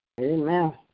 Amen